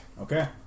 Okay